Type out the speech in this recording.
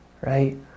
Right